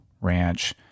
Ranch